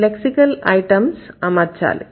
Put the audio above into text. lexical items అమర్చాలి